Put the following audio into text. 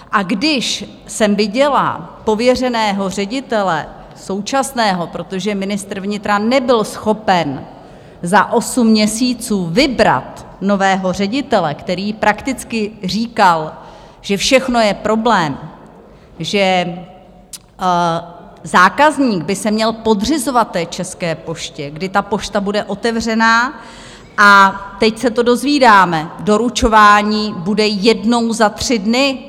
A když jsem viděla současného pověřeného ředitele protože ministr vnitra nebyl schopen za osm měsíců vybrat nového ředitele který prakticky říkal, že všechno je problém, že zákazník by se měl podřizovat té České poště, kdy ta pošta bude otevřená, a teď se to dozvídáme: doručování bude jednou za tři dny.